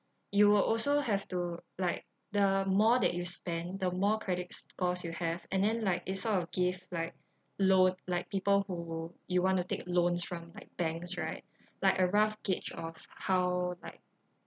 you will also have to like the more that you spend the more credit scores you have and then like it's sort of give like loa~ like people who you want to take loans from like banks right like a rough gauge of how like